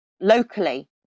locally